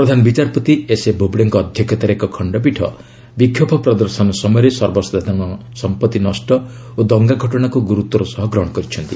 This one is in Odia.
ପ୍ରଧାନ ବିଚାରପତି ଏସ୍ଏ ବୋବଡେଙ୍କ ଅଧ୍ୟକ୍ଷତାରେ ଏକ ଖଣ୍ଡପୀଠ ବିକ୍ଷୋଭ ପ୍ରଦର୍ଶନ ସମୟରେ ସର୍ବସାଧାରଣ ସମ୍ପତ୍ତି ନଷ୍ଟ ଓ ଦଙ୍ଗା ଘଟଣାକୁ ଗୁରୁତ୍ୱର ସହ ଗ୍ରହଣ କରିଛନ୍ତି